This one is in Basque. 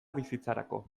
bizitzarako